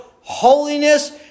holiness